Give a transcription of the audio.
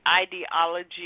ideology